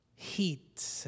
heat